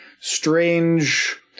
strange